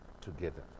together